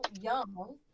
young